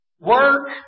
Work